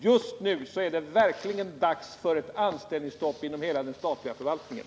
Just nu är det verkligen dags för ett anställningsstopp inom hela den statliga förvaltningen.